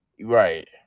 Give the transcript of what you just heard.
right